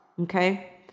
okay